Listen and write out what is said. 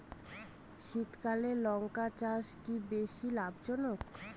শীতকালে লঙ্কা চাষ কি বেশী লাভজনক?